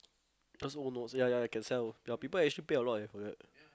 those old notes ya ya can sell there are actually people who pay a lot eh for that